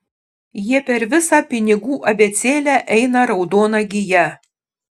jie per visą pinigų abėcėlę eina raudona gija